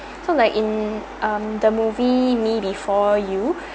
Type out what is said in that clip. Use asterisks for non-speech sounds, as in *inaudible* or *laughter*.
so like in um the movie me before you *breath*